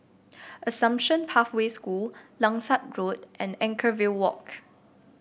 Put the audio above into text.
Assumption Pathway School Langsat Road and Anchorvale Walk